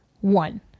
one